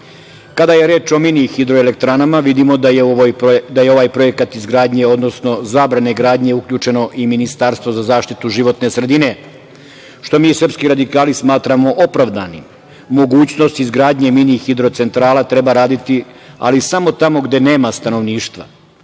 novi. Kada je reč o mini hidroelektranama, vidimo da je u ovaj projekat izgradnje, odnosno zabrane gradnje uključeno i Ministarstvo za zaštitu životne sredine, što mi srpski radikali smatramo opravdanim. Mogućnost izgradnje mini hidrocentrala treba raditi, ali samo tamo gde nema stanovništva,